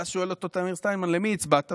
ואז שואל אותו תמיר סטיינמן: למי הצבעת?